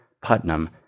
Putnam